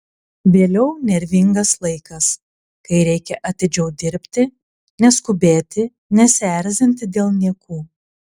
vėliau nervingas laikas kai reikia atidžiau dirbti neskubėti nesierzinti dėl niekų